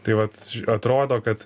tai vat atrodo kad